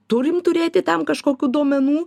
turim turėti tam kažkokių duomenų